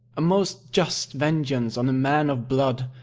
a most just vengeance on a man of blood,